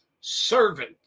servant